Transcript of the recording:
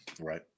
right